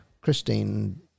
Christine